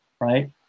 right